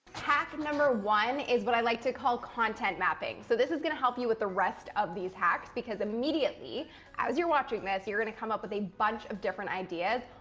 hack one is what i like to call content mapping. so, this is going to help you with the rest of these hacks, because immediately as you're watching this, you're going to come up with a bunch of different ideas.